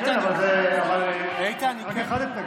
אבל רק אחד התנגד.